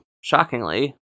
shockingly